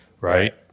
Right